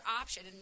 option